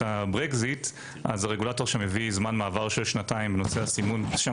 הברקזיט הרגולטור שמביא זמן מעבר של שנתיים השם